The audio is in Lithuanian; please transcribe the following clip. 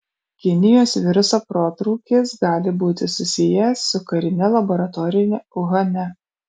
kinijos viruso protrūkis gali būti susijęs su karine laboratorija uhane